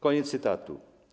Koniec cytatu.